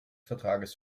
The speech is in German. vertrages